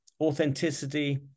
authenticity